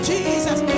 Jesus